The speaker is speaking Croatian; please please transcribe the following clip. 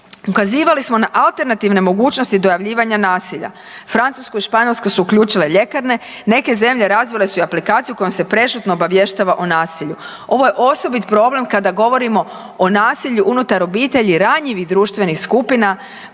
Ukazivali smo na alternativne mogućnosti dojavljivanja nasilja, Francuska i Španjolska su uključile ljekarne, neke zemlje razvile su i aplikaciju kojom se prešutno obavještava o nasilju. Ovo je osobit problem kada govorimo o nasilju unutar obitelji ranjivih društvenih skupina